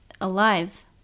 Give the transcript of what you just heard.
alive